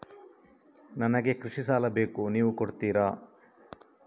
ನನಗೆ ಕೃಷಿ ಸಾಲ ಬೇಕು ನೀವು ಕೊಡ್ತೀರಾ?